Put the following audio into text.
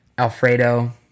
Alfredo